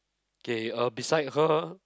okay uh beside her